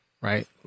Right